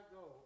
go